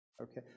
Okay